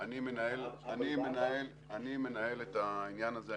אני מנהל את העניין הזה.